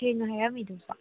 ꯀꯩꯅꯣ ꯍꯥꯏꯔꯝꯃꯤꯗꯨꯕꯣ